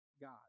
God